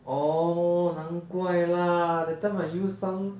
oh 难怪 lah that time I used some